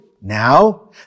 now